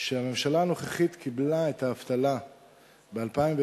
שהממשלה הנוכחית קיבלה את האבטלה ב-2009,